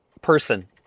person